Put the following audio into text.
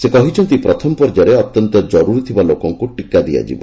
ସେ କହିଛନ୍ତି ପ୍ରଥମ ପର୍ଯ୍ୟାୟରେ ଅତ୍ୟନ୍ତ କରୁରୀଥିବା ଲୋକମାନଙ୍କୁ ଟିକା ଦିଆଯିବ